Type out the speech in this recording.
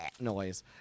noise